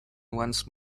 once